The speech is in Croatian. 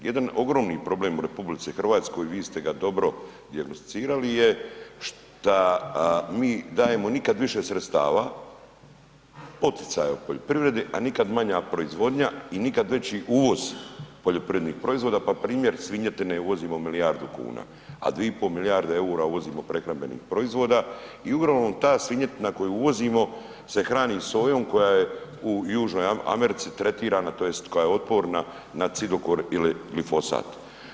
Jedan ogromni problem u RH vi ste ga dobro dijagnosticirali je šta mi dajemo nikad više sredstava, poticaja u poljoprivredi, a nikad manja proizvodnja i nikad veći uvoz poljoprivrednih proizvoda pa primjer svinjetine uvozimo milijardu kuna, a 2,5 milijarde EUR-a uvozimo prehrambenih proizvoda i uglavnom ta svinjetina koju uvozimo se hrani sojom koja je u Južnoj Americi tretirana tj. koja je otporna na cidokor ili glifosat.